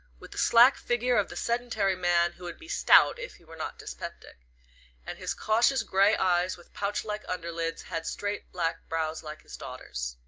with the slack figure of the sedentary man who would be stout if he were not dyspeptic and his cautious grey eyes with pouch-like underlids had straight black brows like his daughter's.